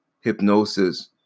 hypnosis